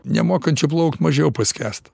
nemokančių plaukt mažiau paskęsta